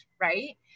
right